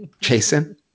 Jason